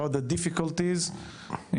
על הקשיים,